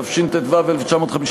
התשט"ו 1955,